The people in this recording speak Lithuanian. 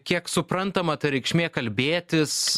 kiek suprantama ta reikšmė kalbėtis